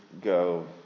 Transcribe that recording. go